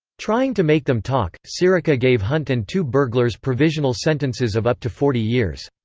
trying to make them talk, sirica gave hunt and two burglars provisional sentences of up to forty years.